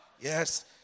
Yes